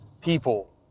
people